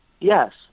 Yes